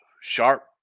Sharp